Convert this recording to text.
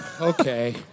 Okay